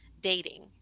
dating